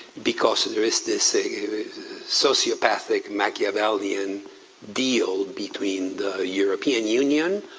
because there is this sociopathic machiavellian deal between the european union,